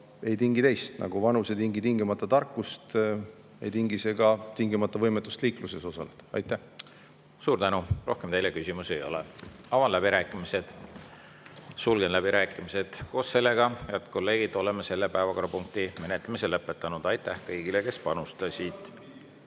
ei tingi teist. Nagu vanus ei tingi tingimata tarkust, ei tingi see ka tingimata võimetust liikluses osaleda. Suur tänu! Rohkem teile küsimusi ei ole. Avan läbirääkimised. Sulgen läbirääkimised. Head kolleegid, oleme selle päevakorrapunkti menetlemise lõpetanud. Aitäh kõigile, kes panustasid!